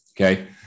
Okay